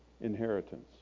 inheritance